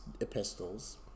epistles